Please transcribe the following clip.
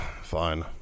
Fine